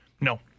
No